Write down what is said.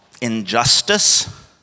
injustice